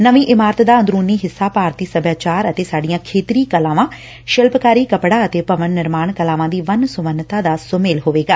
ਨਵੀਂ ਇਮਾਰਤ ਦਾ ਅੰਦਰੁਨੀ ਹਿੱਸਾ ਭਾਰਤੀ ਸਭਿਆਚਾਰ ਅਤੇ ਸਾਡੀਆਂ ਖੇਤਰੀ ਕਲਾਵਾਂ ਸ਼ਿਪਲਕਾਰੀ ਕੱਪੜਾ ਅਤੇ ਭਵਨ ਨਿਰਮਾਣ ਕਲਾਵਾਂ ਦੀ ਵੰਨ ਸੁਵੰਨਤਾ ਦਾ ਸੁਮੇਲ ਹੋਵੇਗਾ